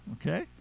okay